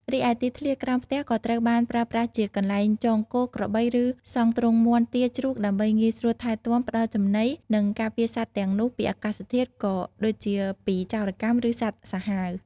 រីឯទីធ្លាក្រោមផ្ទះក៏ត្រូវបានប្រើប្រាស់ជា កន្លែងចងគោ ក្របី ឬសង់ទ្រុងមាន់ ទា ជ្រូក ដើម្បីងាយស្រួលថែទាំ ផ្តល់ចំណី និងការពារសត្វទាំងនោះពីអាកាសធាតុ ក៏ដូចជាពីចោរកម្ម ឬសត្វសាហាវ ។